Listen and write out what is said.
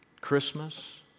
Christmas